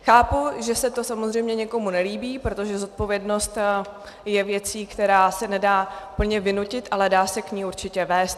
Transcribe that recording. Chápu, že se to samozřejmě někomu nelíbí, protože zodpovědnost je věcí, která se nedá úplně vynutit, ale dá se k ní určitě vést.